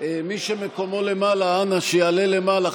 מי שמקומו למעלה, אנא, שיעלה למעלה.